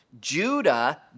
Judah